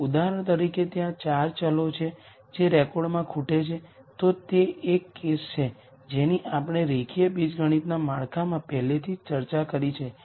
જો ઉદાહરણ તરીકે ત્યાં 4 વેરીએબલ્સ છે જે રેકોર્ડમાં ખૂટે છે તો તે એક કેસ છે જેની આપણે રેખીય બીજગણિત માળખામાં પહેલેથી જ ચર્ચા કરી છે